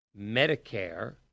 Medicare